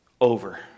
over